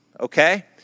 okay